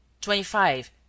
Twenty-five